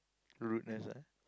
rudeness ah